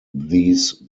these